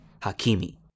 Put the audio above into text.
Hakimi